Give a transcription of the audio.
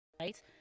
right